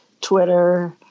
Twitter